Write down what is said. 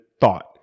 thought